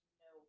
no